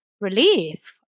relief